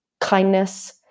kindness